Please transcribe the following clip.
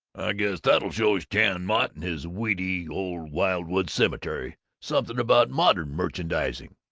guess that'll show chan mott and his weedy old wildwood cemetery something about modern merchandizing!